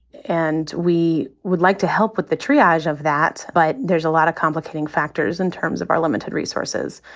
and we would like to help with the triage of that. but there's a lot of complicating factors in terms of our limited resources.